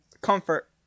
comfort